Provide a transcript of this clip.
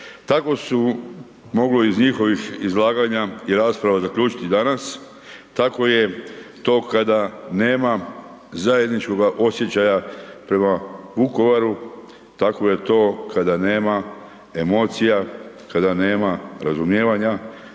Tako se moglo iz njihovih izlaganja i rasprava zaključiti danas, tako je to kada nema zajedničkoga osjećaja prema Vukovaru, tako je to kada nema emocija, kada nema razumijevanja,